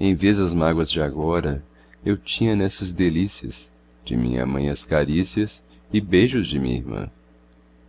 em vez das mágoas de agora eu tinha nessas delícias de minha mãe as carícias e beijos de minha irmã